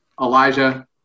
Elijah